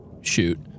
shoot